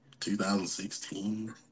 2016